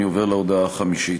ואני עובר להודעה החמישית.